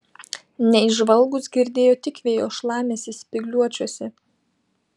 neįžvalgūs girdėjo tik vėjo šlamesį spygliuočiuose